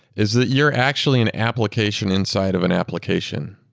is that you're actually an application inside of an application.